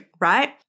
right